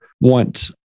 want